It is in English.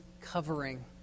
covering